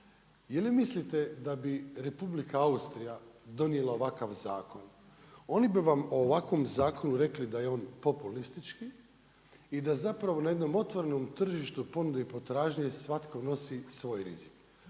Je li mislite da bi Republika Austrija donijela ovakav zakon? Oni bi vam o ovakvom zakonu rekli da je on populistički i da zapravo na jednom otvorenom tržištu ponude i potražnje svatko nosi svoj rizik.